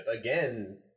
again